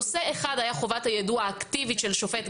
נושא אחד היה חובת היידוע האקטיבית של שופט,